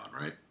Right